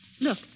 Look